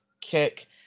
kick